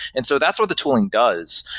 and so that's what the tooling does.